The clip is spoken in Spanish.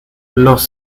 los